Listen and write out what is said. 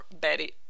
Betty